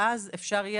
ואז יהיה אפשר,